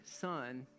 son